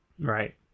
Right